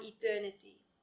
eternity